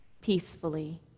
peacefully